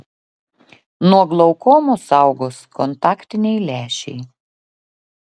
nuo glaukomos saugos kontaktiniai lęšiai